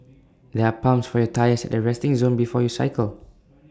there are pumps for your tyres at the resting zone before you cycle